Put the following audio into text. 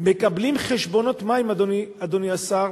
מקבלים חשבונות מים, אדוני השר,